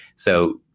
so,